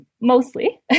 mostly